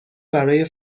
برای